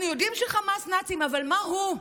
אנחנו יודעים שחמאס נאצים, אבל מה הוא?